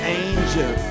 angel